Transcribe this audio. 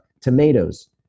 tomatoes